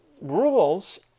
rules